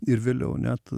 ir vėliau net